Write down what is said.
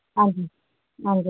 हां जी हां जी